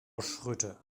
schroedter